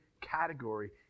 category